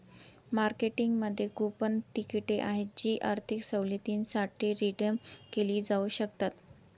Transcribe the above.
मार्केटिंगमध्ये कूपन तिकिटे आहेत जी आर्थिक सवलतींसाठी रिडीम केली जाऊ शकतात